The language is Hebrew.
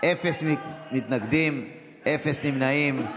אפס מתנגדים, אפס נמנעים.